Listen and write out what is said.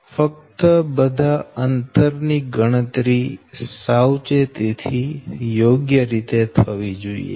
ફક્ત બધા અંતર ની ગણતરી સાવચેતી થી યોગ્ય રીતે થવી જોઈએ